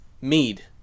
Mead